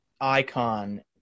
Icon